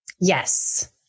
Yes